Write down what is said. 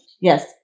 Yes